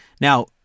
Now